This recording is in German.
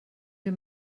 wir